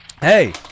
Hey